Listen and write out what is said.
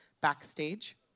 backstage